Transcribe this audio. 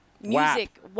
music